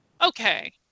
Okay